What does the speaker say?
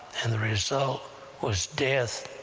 and the result was death,